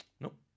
Nope